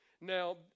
Now